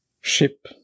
ship